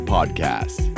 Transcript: Podcast